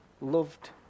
Loved